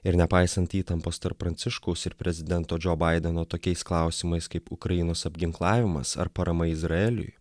ir nepaisant įtampos tarp pranciškaus ir prezidento džo baideno tokiais klausimais kaip ukrainos apginklavimas ar parama izraeliui